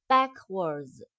Backwards